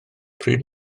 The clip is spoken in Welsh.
pryd